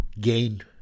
gain